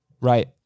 Right